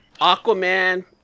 Aquaman